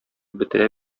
бетерә